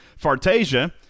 Fartasia